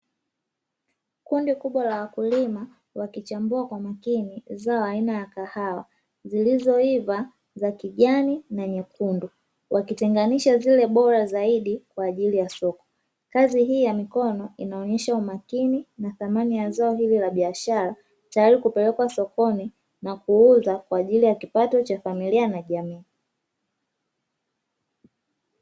Kundi kubwa la wakulima wakichambua kwa makini zao aina ya kahawa zilizoiva, za kijani na nyekundu wakitenganisha zile bora zaidi kwa ajili ya soko, kazi hii ya mikono inaonyesha umakini na thamani ya zao hili la biashara tayari kupeleka sokoni na kuuza kwa ajili ya kipato cha familia na jamii.